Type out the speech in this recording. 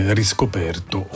riscoperto